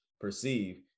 perceive